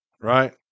right